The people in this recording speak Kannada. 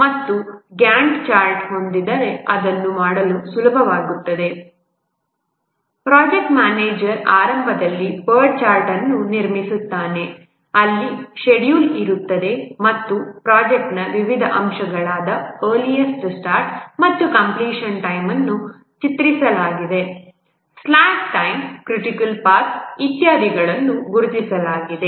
ಮತ್ತು ನಾವು GANTT ಚಾರ್ಟ್ ಹೊಂದಿದ್ದರೆ ಅದನ್ನು ಮಾಡಲು ಸುಲಭವಾಗುತ್ತದೆ ಪ್ರಾಜೆಕ್ಟ್ ಮ್ಯಾನೇಜರ್ ಆರಂಭದಲ್ಲಿ PERT ಚಾರ್ಟ್ ಅನ್ನು ನಿರ್ಮಿಸುತ್ತಾನೆ ಅಲ್ಲಿ ಷೆಡ್ಯೂಲ್ ಇರುತ್ತದೆ ಮತ್ತು ಪ್ರಾಜೆಕ್ಟ್ನ ವಿವಿಧ ಅಂಶಗಳಾದ ಅರ್ಲಿಎಸ್ಟ್ ಸ್ಟಾರ್ಟ್ ಮತ್ತು ಕಂಪ್ಲೀಷನ್ ಟೈಮ್ ಅನ್ನು ಚಿತ್ರಿಸಲಾಗಿದೆ ಸ್ಲಾಕ್ ಟೈಮ್ ಕ್ರಿಟಿಕಲ್ ಪಾಥ್ ಇತ್ಯಾದಿಗಳನ್ನು ಗುರುತಿಸಲಾಗಿದೆ